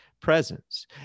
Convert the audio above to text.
presence